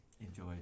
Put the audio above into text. Enjoy